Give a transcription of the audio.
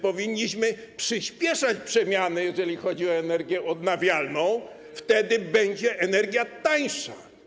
Powinniśmy więc przyspieszać przemiany, jeżeli chodzi o energię odnawialną, wtedy będzie energia tańsza.